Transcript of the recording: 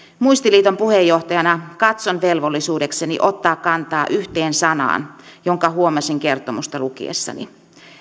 muistiliiton puheenjohtajana katson velvollisuudekseni ottaa kantaa yhteen sanaan jonka huomasin kertomusta lukiessani